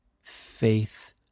faith